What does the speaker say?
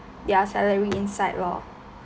their salary inside lor